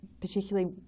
particularly